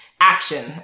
action